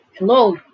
Hello